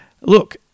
look